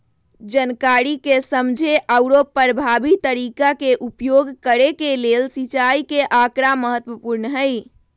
जनकारी के समझे आउरो परभावी तरीका के उपयोग करे के लेल सिंचाई के आकड़ा महत्पूर्ण हई